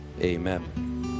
amen